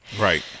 Right